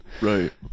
right